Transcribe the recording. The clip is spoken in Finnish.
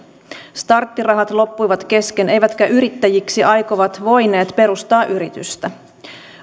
starttirahat loppuivat kesken eivätkä yrittäjäksi aikovat voineet perustaa yritystä